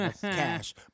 Cash